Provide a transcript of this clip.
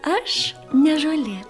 aš ne žolė